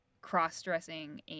cross-dressing